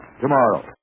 tomorrow